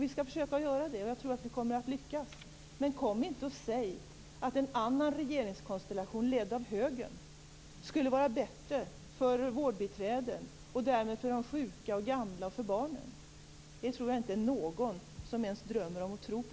Vi skall försöka att göra det, och jag tror att vi kommer att lyckas. Men kom inte och säg att en annan regeringskonstellation ledd av högern skulle vara bättre för vårdbiträden och därmed för de sjuka och gamla och för barnen. Det tror jag inte någon ens drömmer om att tro på.